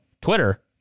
Twitter